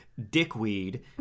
dickweed